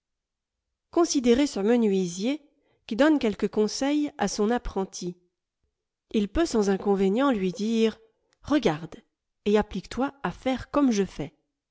considérez ce menuisier qui donne quelques conseils à son apprenti il peut sans inconvénient lui dire regarde et applique toi à faire comme je fais